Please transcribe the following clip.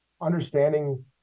understanding